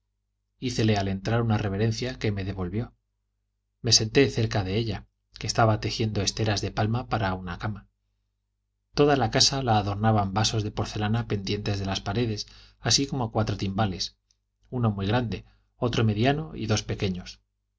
hícele al entrar una reverencia que me devolvió me senté cerca de ella que estaba tejiendo esteras de palma para una cama toda la casa la adornaban vasos de porcelana pendientes de las paredes así como cuatro timbales uno muy grande otro mediano y dos pequeños